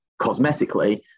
cosmetically